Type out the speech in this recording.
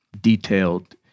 detailed